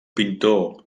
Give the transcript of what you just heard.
pintor